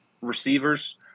receivers